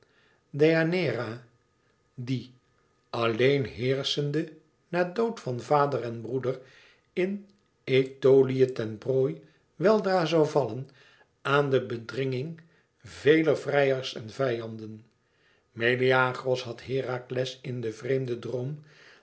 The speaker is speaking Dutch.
die alleen heerschende na dood van vader en broeder in aetolië ten prooi weldra zoû vallen aan de bedringing veler vrijers en vijanden meleagros had herakles in den vreemden droom